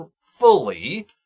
fully